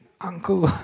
uncle